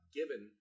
given